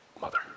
mother